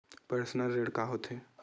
Personal ऋण का होथे?